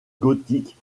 gothique